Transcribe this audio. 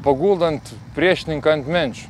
paguldant priešininką ant menčių